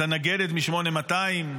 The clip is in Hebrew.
את הנגדת מ-8200,